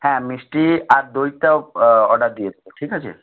হ্যাঁ মিষ্টি আর দইটাও অর্ডার দিয়ে দেব ঠিক আছে